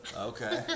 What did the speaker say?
Okay